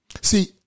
See